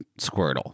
Squirtle